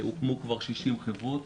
הוקמו כבר 60 חברות,